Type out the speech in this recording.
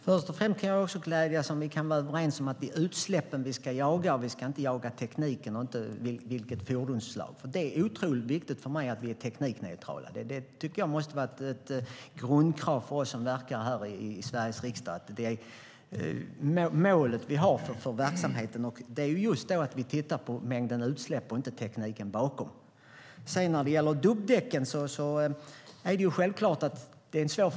Herr talman! Först och främst gläds jag om vi kan vara överens om att det är utsläppen vi ska jaga. Vi ska inte jaga tekniken eller fordonsslag. Det är otroligt viktigt för mig att vi är teknikneutrala. Det måste vara ett grundkrav i målet för oss som verkar i Sveriges riksdag, det vill säga att titta på mängden utsläpp och inte tekniken bakom. Frågan om dubbdäcken är svår.